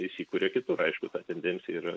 įsikuria kitur aišku ta tendencija yra